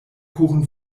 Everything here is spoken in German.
kuchen